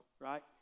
right